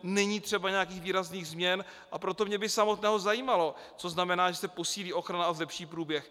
Není třeba nějakých výrazných změn, a proto mě by samotného zajímalo, co znamená, že se posílí ochrana a zlepší průběh.